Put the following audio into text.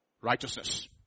Righteousness